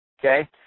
Okay